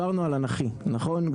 דיברנו על האנכית נכון?